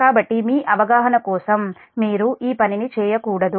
కాబట్టి మీ అవగాహన కోసం మీరు ఈ పనిని చేయకూడదు